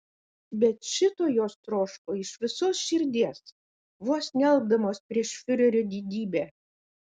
bet šito jos troško iš visos širdies vos nealpdamos prieš fiurerio didybę